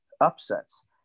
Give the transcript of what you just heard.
upsets